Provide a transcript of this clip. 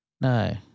No